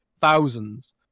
Thousands